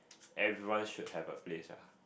everyone should have a place ah